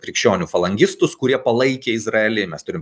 krikščionių falangistus kurie palaikė izraelį mes turim